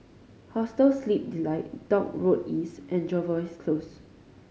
Hostel Sleep Delight Dock Road East and Jervois Close